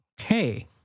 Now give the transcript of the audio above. Okay